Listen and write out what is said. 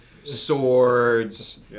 Swords